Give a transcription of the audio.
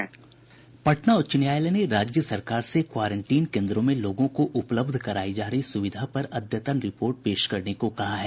पटना उच्च न्यायालय ने राज्य सरकार से क्वारेंटीन केन्द्रों में लोगों को उपलब्ध करायी जा रही सुविधा पर अद्यतन रिपोर्ट पेश करने को कहा है